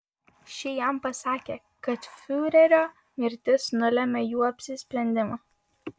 ši jam pasakė kad fiurerio mirtis nulėmė jų apsisprendimą